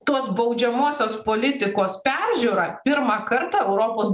tos baudžiamosios politikos peržiūra pirmą kartą europos